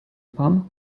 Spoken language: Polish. pan